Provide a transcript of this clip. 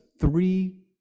three